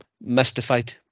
mystified